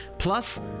Plus